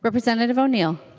representative o'neil